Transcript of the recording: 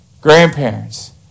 grandparents